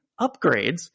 upgrades